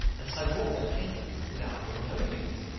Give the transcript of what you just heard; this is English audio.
and so brought them hither without your knowing it.